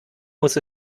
muss